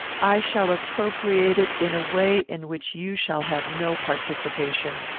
i shall appropriate it in a way in which you shall have no participation.